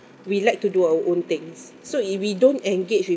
we like to do our own things so if we don't engage with